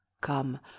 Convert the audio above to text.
Come